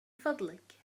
فضلك